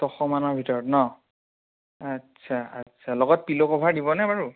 ছয়শ মানৰ ভিতৰত ন আচ্ছা আচ্ছা লগত পিল' কভাৰ দিবনে বাৰু